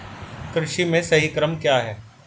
कृषि में सही क्रम क्या है?